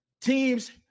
teams